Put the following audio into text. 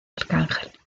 arcángel